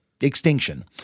Extinction